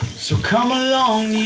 so come along,